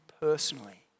personally